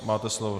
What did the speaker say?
Máte slovo.